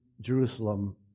Jerusalem